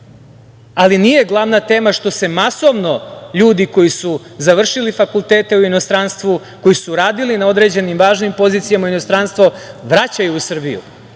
ali nije glavna tema što se masovno ljudi koji su završili fakultete u inostranstvu, koji su radili na određenim važnim pozicijama u inostranstvu vraćaju u Srbiju.